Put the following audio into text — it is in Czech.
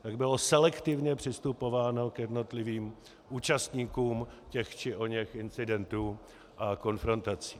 Tak bylo selektivně přistupováno k jednotlivým účastníkům těch či oněch incidentů a konfrontací.